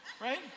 Right